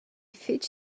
fetg